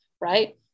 right